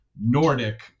Nordic